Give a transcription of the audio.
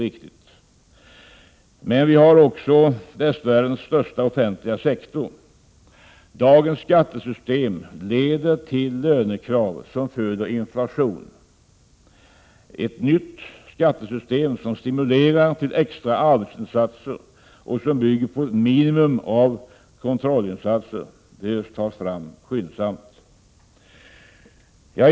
Vi har också västvärldens största offentliga sektor. Dagens skattesystem leder till lönekrav som föder inflation. Ett nytt skattesystem som stimulerar till extra arbetsinsatser och som bygger på ett minimum av kontrollinsatser bör tas fram skyndsamt.